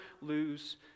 lose